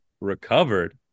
recovered